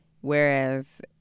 Whereas